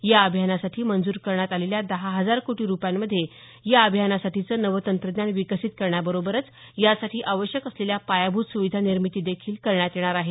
या अभियानासाठी मंजूर करण्यात आलेल्या दहा हजार कोटी रुपयांमध्ये या अभियानासाठीचं नवं तंत्रज्ञान विकसीत करण्याबरोबरच यासाठी आवश्यक असलेल्या पायाभूत सुविधा निर्मिती देखील करण्यात येणार आहे